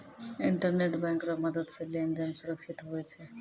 internet bank रो मदद से लेन देन सुरक्षित हुवै छै